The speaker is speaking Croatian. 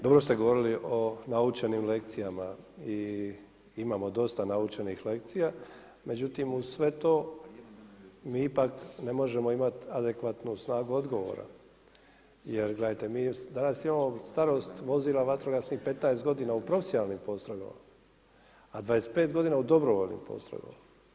Dobri ste govorili o naučenim lekcijama i imamo dosta naučenih lekcija, međutim uz sve to mi ipak ne možemo imati adekvatnu snagu odgovora jer gledajte mi danas imamo starost vozila vatrogasnih 15 godina u profesionalnim postrojbama, a 25 godina u dobrovoljnim postrojbama.